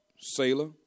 Sailor